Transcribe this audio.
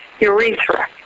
urethra